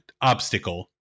obstacle